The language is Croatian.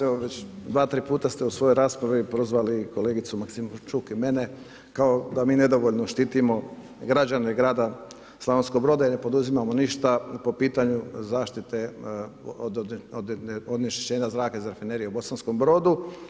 Evo već dva, tri puta ste u svojoj raspravi prozvali kolegicu Maksimčuk i mene kao da mi nedovoljno štitimo građane grada Slavonskog Broda i ne poduzimamo ništa po pitanju zaštite od onečišćenja zraka iz Rafinerije u Bosanskom Brodu.